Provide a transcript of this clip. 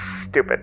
stupid